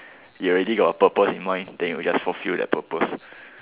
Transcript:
you already got a purpose in mind then you just fulfill that purpose